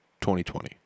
2020